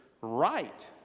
right